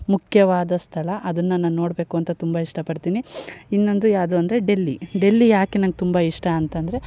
ಮುಖ್ಯವಾದ ಸ್ಥಳ ಅದನ್ನ ನಾನು ನೋಡಬೇಕು ಅಂತ ತುಂಬ ಇಷ್ಟ ಪಡ್ತೀನಿ ಇನ್ನೊಂದು ಯಾವುದು ಅಂದರೆ ಡೆಲ್ಲಿ ಡೆಲ್ಲಿ ಯಾಕೆ ನಂಗೆ ತುಂಬ ಇಷ್ಟ ಅಂತಂದರೆ